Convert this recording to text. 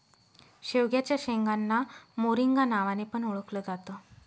शेवग्याच्या शेंगांना मोरिंगा नावाने पण ओळखल जात